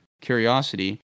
Curiosity